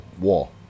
wall